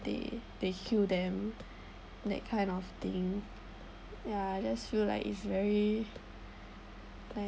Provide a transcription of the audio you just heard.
they they kill them that kind of thing ya just feel like it's very like